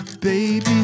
Baby